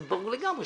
זה ברור לגמרי,